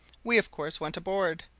we, of course, went aboard,